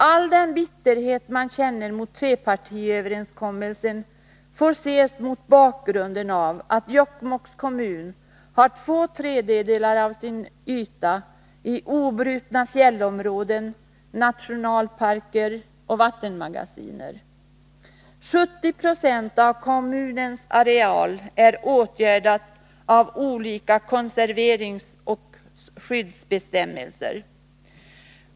All den bitterhet man känner mot trepartiöverenskommelsen får ses mot bakgrunden av att Jokkmokks kommun har två tredjedelar av sin yta i obrutna fjällområden, nationalparker och vattenmagasin. 70 26 av kommunens areal är åtgärdade av olika konserveringsoch skyddsbestämmelser.